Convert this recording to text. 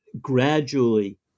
gradually